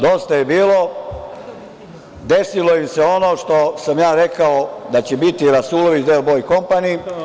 Dosta je bilo, desilo im se ono što sam rekao da će biti - rasulović Delboj kompani.